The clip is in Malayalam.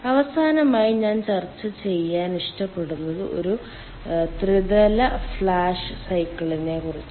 അവസാനമായി ഞാൻ ചർച്ച ചെയ്യാൻ ഇഷ്ടപ്പെടുന്നത് ഒരു ത്രിതല ഫ്ലാഷ് സൈക്കിളിനെക്കുറിച്ചാണ്